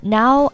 now